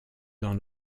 dans